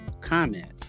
comment